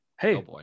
Hey